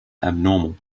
abnormal